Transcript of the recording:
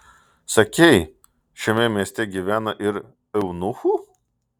sakei šiame mieste gyvena ir eunuchų